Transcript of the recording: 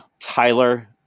Tyler